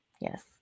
Yes